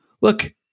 look